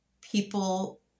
People